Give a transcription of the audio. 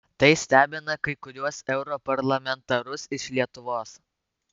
tai stebina kai kuriuos europarlamentarus iš lietuvos